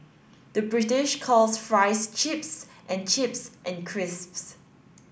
the British calls fries chips and chips and crisps